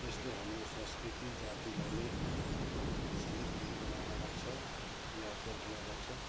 यसले हाम्रो संस्कृति जातिलाई नै सधैँ बलियो बनाएर राख्छ यादगार बनाएर राख्छ